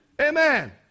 Amen